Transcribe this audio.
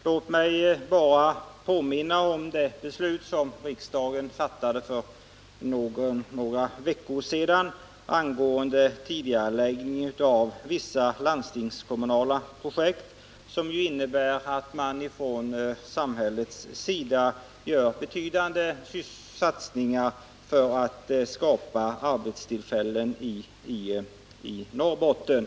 Låt mig bara påminna om det beslut riksdagen fattade för några veckor sedan angående tidigareläggning av vissa landstingskommunala projekt, som ju innebär att man ifrån samhällets sida gör betydande satsningar för att skapa arbetstillfällen i Norrbotten.